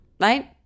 right